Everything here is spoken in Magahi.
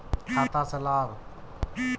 खाता से लाभ?